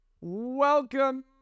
Welcome